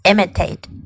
Imitate